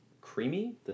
Creamy